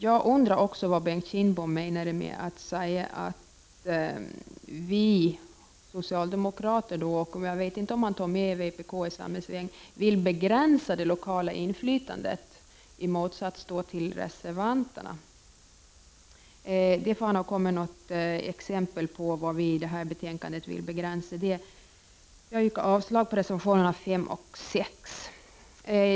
Jag undrar också vad Bengt Kindbom menade med att säga att vi socialdemokrater — jag vet inte om han också räknade med vpk — vill begränsa det lokala inflytandet, i motsats till vad reservanterna vill. Han får komma med något exempel från betänkandet på att vi vill begränsa det lokala inflytandet. Jag yrkar än en gång avslag på reservationerna 5 och 6.